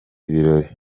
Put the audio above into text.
birori